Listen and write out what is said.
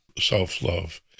self-love